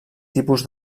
tipus